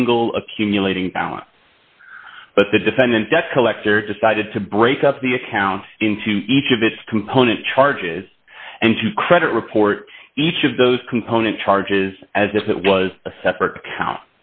single accumulating but the defendant debt collector decided to break up the account into each of its component charges and to credit report each of those component charges as if it was a separate account